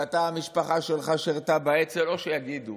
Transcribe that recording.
ואתה, המשפחה שלך שירתה בצה"ל, או שיגידו